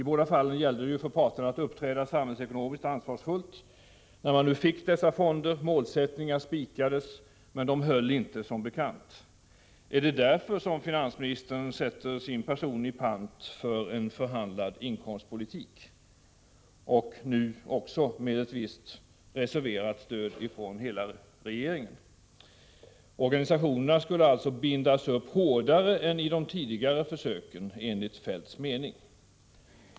I båda fallen gäller det ju för parterna att uppträda samhällsekonomiskt ansvarsfullt, när man nu fått dessa fonder och målsättningar spikats, vilka dock inte höll som bekant. Är det därför som finansministern sätter sin person i pant för en förhandlad inkomstpolitik — nu också med ett visst reserverat stöd från hela regeringen? Organisationerna skulle alltså enligt Feldts mening bindas upp hårdare än i de tidigare försöken.